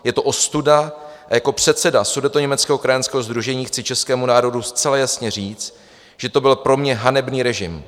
Je to ostuda a jako předseda Sudetoněmeckého krajanského sdružení chci českému národu zcela jasně říct, že to byl pro mě hanebný režim.